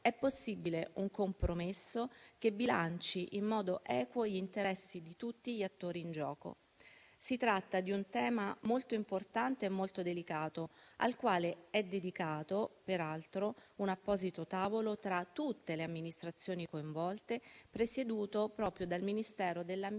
è possibile un compromesso che bilanci in modo equo gli interessi di tutti gli attori in gioco. Si tratta di un tema molto importante e molto delicato, al quale è dedicato peraltro un apposito tavolo tra tutte le amministrazioni coinvolte, presieduto proprio dal Ministero dell'ambiente